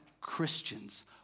Christians